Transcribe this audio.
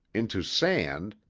into sand,